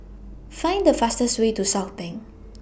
Find The fastest Way to Southbank